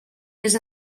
les